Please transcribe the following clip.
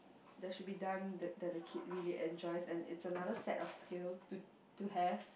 that should be done that that the kid really enjoys and it's another set of skill to to have